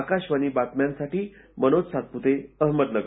आकाशवाणी बातम्यांसाठी मनोज सातपुते अहमदनगर